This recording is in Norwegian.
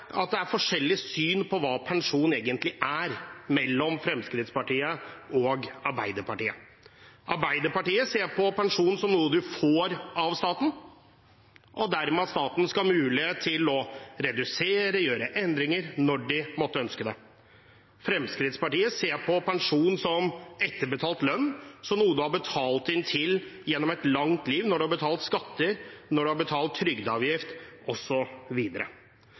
at det er forskjellige syn mellom Fremskrittspartiet og Arbeiderpartiet på hva pensjon egentlig er. Arbeiderpartiet ser på pensjon som noe man får av staten, og at staten dermed skal ha mulighet til å redusere, gjøre endringer når man måtte ønske det. Fremskrittspartiet ser på pensjon som etterbetalt lønn, som noe man har betalt inn til gjennom et langt liv, når man har betalt skatt, når man har betalt trygdeavgift